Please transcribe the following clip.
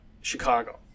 Chicago